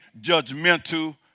judgmental